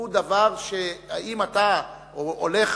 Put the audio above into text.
זה דבר שאם אתה הולך